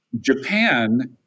Japan